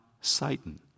Satan